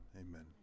Amen